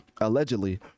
allegedly